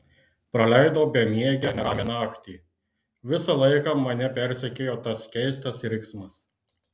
praleidau bemiegę neramią naktį visą laiką mane persekiojo tas keistas riksmas